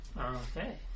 Okay